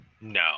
No